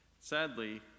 Sadly